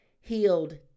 healed